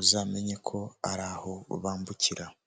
uzamenye ko ari aho bambukira.